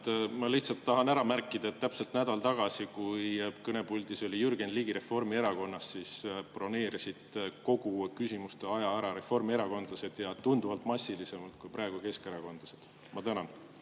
Ma lihtsalt tahan ära märkida, et täpselt nädal tagasi, kui kõnepuldis oli Jürgen Ligi Reformierakonnast, broneerisid kogu küsimuste aja ära reformierakondlased ja tunduvalt massilisemalt kui praegu keskerakondlased. Ma tänan!